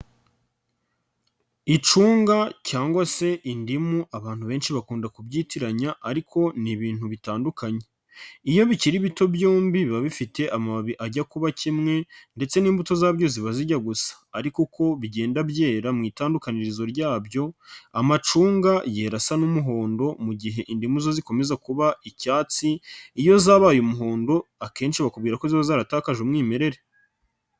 Icunga cyangwa se indimu abantu benshi bakunda kubyitiranya ariko ni ibintu bitandukanye. Iyo bikiri bito byombi biba bifite amababi ajya kuba kimwe ndetse n'imbuto zabyo ziba zijya gusa ariko uko bigenda byera mu itandukanirizo ryabyo amacunga yera asa n'umuhondo mu gihe indimu zo zikomeza kuba icyatsi, iyo zabaye umuhondo akenshi bakubwira ko zaratakaje umwimerere.